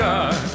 God